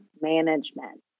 management